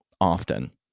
often